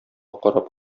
карап